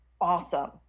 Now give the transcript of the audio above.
Awesome